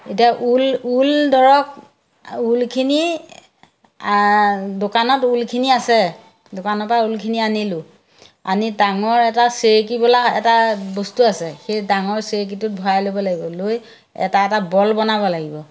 এতিয়া wool wool ধৰক ঊলখিনি দোকানত ঊলখিনি আছে দোকানৰ পৰা ঊলখিনি আনিলোঁ আনি ডাঙৰ এটা চেৰেকী বোলা এটা বস্তু আছে সেই ডাঙৰ চেৰেকীটোত ভৰাই ল'ব লাগিব লৈ এটা এটা বল বনাব লাগিব